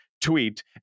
tweet